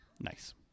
Nice